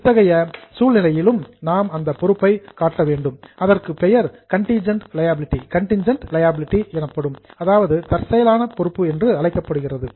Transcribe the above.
இத்தகைய சினாரியோ சூழ்நிலையிலும் நாம் அந்த பொறுப்பை காட்ட வேண்டும் அதற்கு பெயர் கண்டின்ஜெண்ட் லியாபிலிடீ தற்செயலான பொறுப்பு என்று அழைக்கப்படுகிறது